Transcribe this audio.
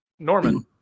Norman